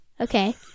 Okay